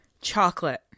Chocolate